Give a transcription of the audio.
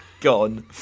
gone